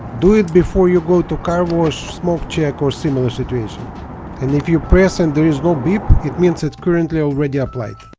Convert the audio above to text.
do it before you go to car wash, smog check or similar and if you press and there is no beep it means it's currently already applied